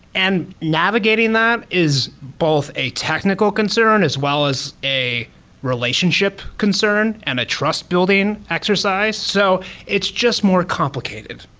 and navigating that is both a technical concern as well as a relationship concern and a trust building exercise. so it's just more complicated.